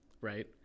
right